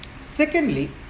secondly